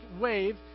wave